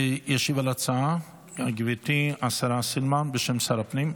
תשיב על ההצעה גברתי השרה סילמן, בשם שר הפנים.